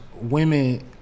women